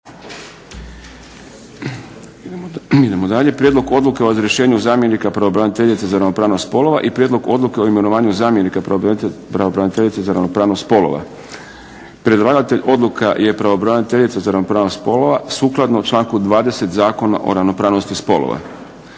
Idemo dalje. - Prijedlog odluke o odrješenju zamjenika pravobraniteljice za ravnopravnost spolova - Prijedlog odluke o imenovanju zamjenika pravobraniteljice za ravnopravnost spolova. Predlagatelj odluka je pravobraniteljica za ravnopravnost spolova sukladno članku 20. Zakona o ravnopravnosti spolova.